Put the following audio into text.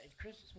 Christmas